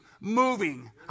moving